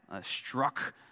struck